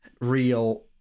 real